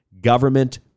government